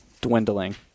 dwindling